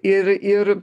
ir ir